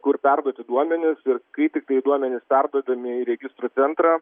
kur perduoti duomenis ir kai tiktai duomenys perduodami į registrų centrą